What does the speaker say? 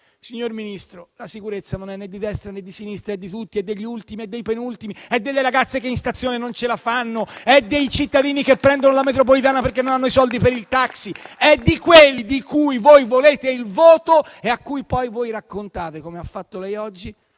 Signor Ministro, la sicurezza non è né di destra né di sinistra: è di tutti, degli ultimi e dei penultimi, delle ragazze che in stazione non ce la fanno, dei cittadini che prendono la metropolitana perché non hanno i soldi per il taxi, è di quelli di cui voi volete il voto e a cui poi voi raccontate - come ha fatto lei oggi